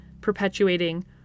perpetuating